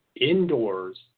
indoors